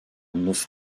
nus